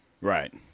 Right